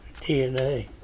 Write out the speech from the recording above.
DNA